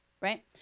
right